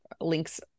links